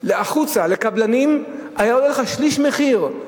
החוצה לקבלנים, היה עולה לך שליש מחיר.